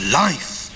life